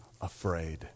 afraid